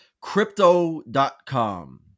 crypto.com